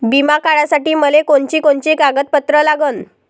बिमा काढासाठी मले कोनची कोनची कागदपत्र लागन?